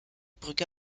brücke